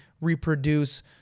reproduce